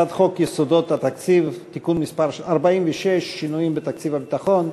הצעת חוק יסודות התקציב (תיקון מס' 46) (שינויים בתקציב הביטחון),